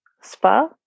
spa